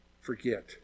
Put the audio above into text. forget